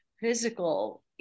physical